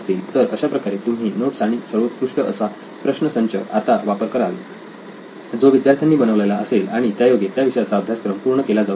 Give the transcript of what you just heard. तर अशाप्रकारे तुम्ही नोट्स आणि सर्वोत्कृष्ट अशा प्रश्न संच आता वापर कराल जो विद्यार्थ्यांनी बनवलेला असेल आणि त्यायोगे त्या विषयाचा अभ्यासक्रम पूर्ण केला जाऊ शकतो